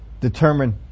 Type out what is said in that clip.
Determine